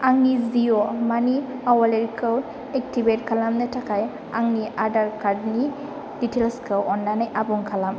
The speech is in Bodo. आंनि जिअ मानि अवालेटखौ एक्टिभेट खालामनो थाखाय आंनि आधार कार्डनि दिटेल्सखौ अन्नानै आबुं खालाम